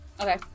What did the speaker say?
Okay